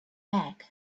bag